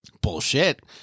Bullshit